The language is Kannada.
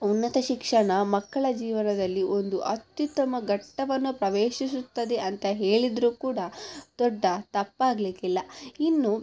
ಉನ್ನತ ಶಿಕ್ಷಣ ಮಕ್ಕಳ ಜೀವನದಲ್ಲಿ ಒಂದು ಅತ್ಯುತ್ತಮ ಘಟ್ಟವನ್ನ ಪ್ರವೇಶಿಸುತ್ತದೆ ಅಂತ ಹೇಳಿದರು ಕೂಡ ದೊಡ್ಡ ತಪ್ಪಾಗಲಿಕ್ಕಿಲ್ಲ ಇನ್ನು